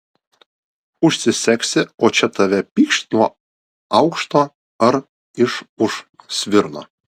užsisegsi o čia tave pykšt nuo aukšto ar iš už svirno